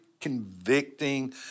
convicting